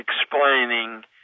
explaining